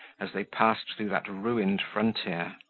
as they passed through that ruined frontier.